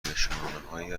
نشانههایی